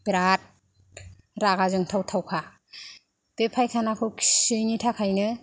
बेरात रागा जोंथाव थावखा बे फायखनाखौ खियैनि थाखायनो